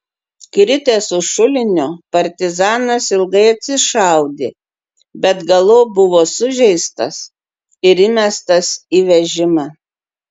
kritęs už šulinio partizanas ilgai atsišaudė bet galop buvo sužeistas ir įmestas į vežimą